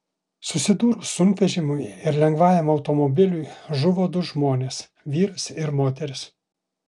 susidūrus sunkvežimiui ir lengvajam automobiliui žuvo du žmonės vyras ir moteris